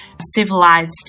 civilized